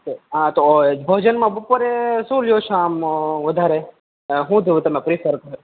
હાં તો ભોજનમાં બપોરે શું લ્યો છો આમ વધારે સૌથી વધારે તમાર પ્રેસન